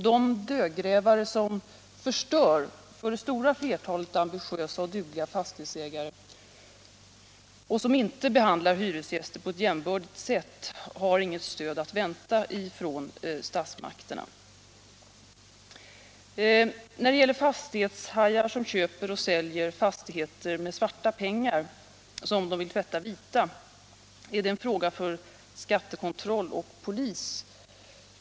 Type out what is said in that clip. De dödgrävare som förstör för det stora flertalet ambitiösa och dugliga fastighetsägare och som inte behandlar hyresgäster på ett jämbördigt sätt har inget stöd att vänta från statsmakterna. Bevakningen av fastighetshajar som köper och säljer fastigheter med svarta pengar som de vill tvätta vita är en fråga för skattekontroll och polis.